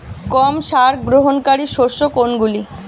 কম সার গ্রহণকারী শস্য কোনগুলি?